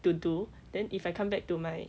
to do then if I come back to my